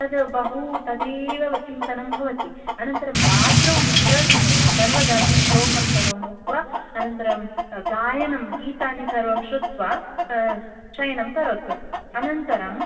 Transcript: तत् बहु तदेव चिन्तनं भवति अनन्तरं रात्रौ निद्रासमये सर्वदापि श्लोकं सर्वम् उक्त्वा अनन्तरं गायनं गीतानि सर्वं श्रुत्वा शयनं करोतु अनन्तरम्